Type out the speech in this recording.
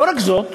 לא רק זאת,